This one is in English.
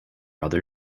other